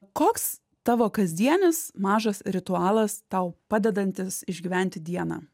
koks tavo kasdienis mažas ritualas tau padedantis išgyventi dieną